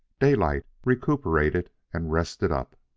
daylight recuperated and rested up.